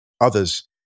others